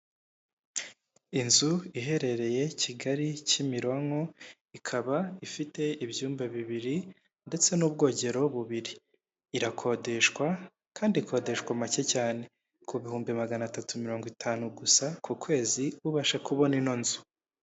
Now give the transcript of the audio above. Inzu iherereye Kigali Kimironko ikaba ifite ibyumba bibiri ndetse n'ubwogero bubiri irakodeshwa kandi ikodeshwa make cyane, ku bihumbi maganatatu mirongo itanu gusa ku kwezi ubasha kubona ino nzu.